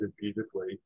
beautifully